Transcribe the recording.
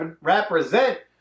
Represent